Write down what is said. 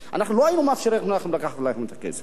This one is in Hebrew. אנחנו לא מאפשרים לכם לקחת את הכסף.